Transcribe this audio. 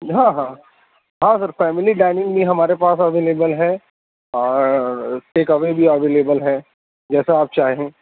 ہاں ہاں ہاں سر فیملی ڈائننگ بھی ہمارے پاس اویلیبل ہے اور ٹیک اوے بھی اویلیبل ہے جیسا آپ چاہیں